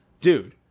dude